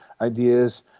ideas